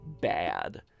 bad